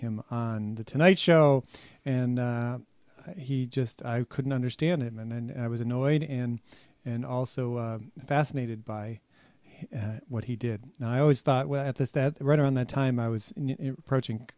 him on the tonight show and he just i couldn't understand it and i was annoyed and and also fascinated by what he did and i always thought well at this that right around that time i was approaching